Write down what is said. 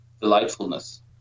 delightfulness